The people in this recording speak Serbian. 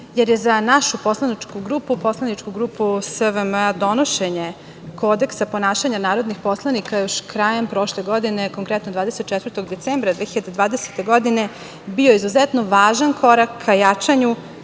jer je za našu poslaničku grupu SVM donošenje Kodeksa ponašanja narodnih poslanika još krajem prošle godine, konkretno 24. decembra 2020. godine, bio izuzetno važan korak ka jačanju